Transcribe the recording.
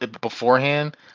beforehand